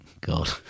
God